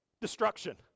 destruction